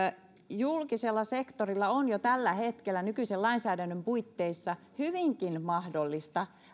julkisella sektorilla on jo tällä hetkellä nykyisen lainsäädännön puitteissa hyvinkin mahdollista